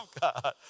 God